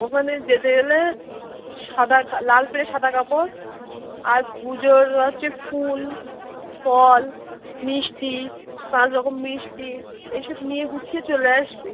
ওখানে যেতে গেলে সাদা কালো লাল পেরে সাদা কাপড় আর পুজোর হচ্ছে ফুল ফল মিষ্টি পাঁচ রকম মিষ্টি এই সব নিয়ে গুছিয়ে চলে আসবি